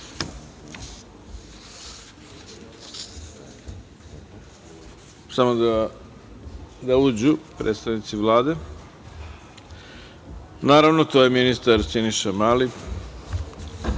da uđu predstavnici Vlade, naravno, tu je ministar Siniša Mali,